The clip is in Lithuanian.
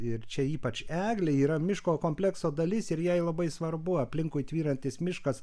ir čia ypač eglė yra miško komplekso dalis ir jai labai svarbu aplinkui tvyrantis miškas